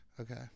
Okay